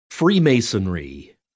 Freemasonry